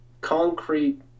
concrete